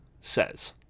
says